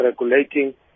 regulating